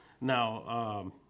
Now